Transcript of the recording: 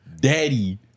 daddy